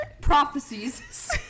Prophecies